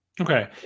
Okay